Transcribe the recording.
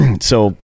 So-